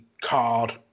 card